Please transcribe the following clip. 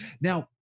now